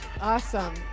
Awesome